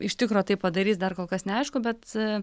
iš tikro tai padarys dar kol kas neaišku bet